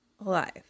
Alive